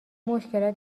مشکلات